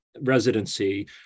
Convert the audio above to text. residency